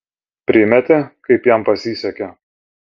primeti kaip jam pasisekė